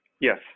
Yes